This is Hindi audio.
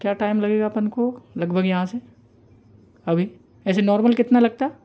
क्या टाइम लगेगा अपन को लगभग यहाँ से अभी ऐसे नॉर्मल कितना लगता है